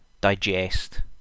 digest